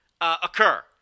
occur